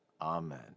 Amen